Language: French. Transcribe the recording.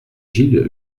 gilles